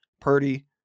Purdy